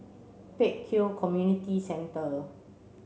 Pek Kio Community Centre